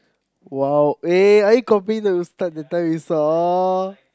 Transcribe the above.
!wow! eh are you copying the Ustad that time we saw